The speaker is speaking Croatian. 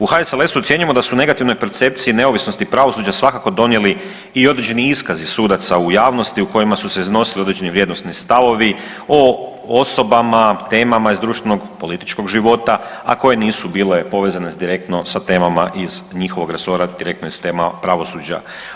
U HSLS-u ocjenjujemo da su negativnoj percepcije neovisnosti pravosuđa svakako donijeli i određeni iskazi sudaca u javnosti u kojima su se iznosili određeni vrijednosni stavovi o osobama, temama iz društvenog, političkog života, a koje nisu bile povezane direktno sa temama iz njihovog resora, direktno iz tema pravosuđa.